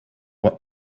what